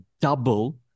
double